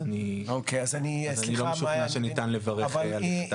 אז אני לא משוכנע שניתן לברך על לכתה.